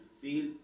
feel